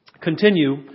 continue